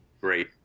great